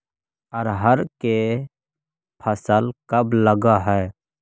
अरहर के फसल कब लग है?